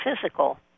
physical